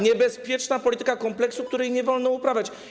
Niebezpieczna polityka kompleksu, której nie wolno uprawiać.